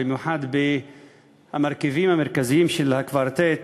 במיוחד במרכיבים המרכזיים של הקוורטט,